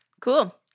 Cool